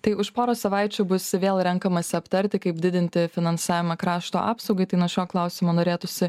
tai už poros savaičių bus vėl renkamasi aptarti kaip didinti finansavimą krašto apsaugai tai nuo šio klausimo norėtųsi